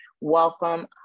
Welcome